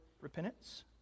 repentance